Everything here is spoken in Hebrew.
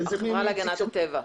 להגנת הטבע.